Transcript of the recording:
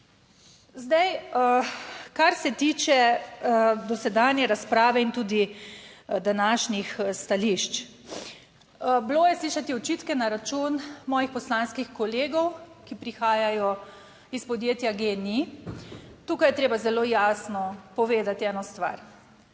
Zdaj, kar se tiče dosedanje razprave in tudi današnjih stališč, bilo je slišati očitke na račun mojih poslanskih kolegov, ki prihajajo iz podjetja GEN-I. Tukaj je treba zelo jasno povedati eno stvar.